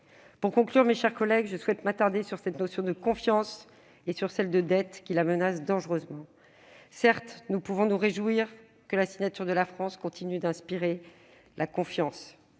Pour conclure, mes chers collègues, je souhaite m'attarder sur cette notion de confiance et sur celle de dette qui la menace dangereusement. Certes, nous pouvons nous réjouir que la signature de la France continue d'inspirer la confiance.